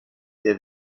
der